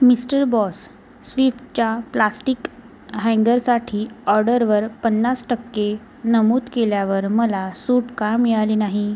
mister boss स्विफ्टच्या plastic हँगरसाठी ऑर्डरवर पन्नास टक्के नमूद केल्यावर मला सूट का मिळाली नाही